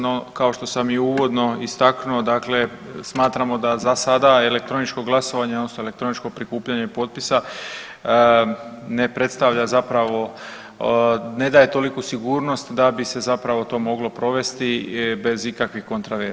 No, kao što sam i uvodno istaknuo dakle smatramo da za sada elektroničko glasovanje odnosno elektroničko prikupljanje potpisa ne predstavlja zapravo, ne daje toliku sigurnost da bi se zapravo to moglo provesti bez ikakvih kontraverzi.